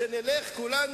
שתשתוק.